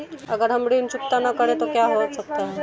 अगर हम ऋण चुकता न करें तो क्या हो सकता है?